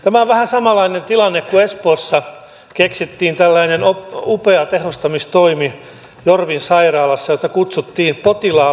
tämä on vähän samanlainen tilanne kuin se kun espoossa jorvin sairaalassa keksittiin tällainen upea tehostamistoimi jota kutsuttiin potilaan läpivientinopeudeksi